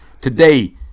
today